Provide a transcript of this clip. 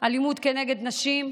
אלימות נגד נשים,